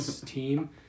team